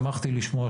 שמחתי לשמוע,